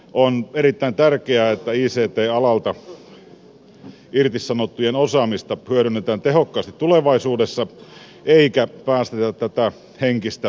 on erittäin tärkeää että ict alalta irtisanottujen osaamista hyödynnetään tehokkaasti tulevaisuudessa eikä päästetä tätä henkistä pääomaa rappeutumaan